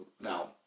Now